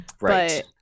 Right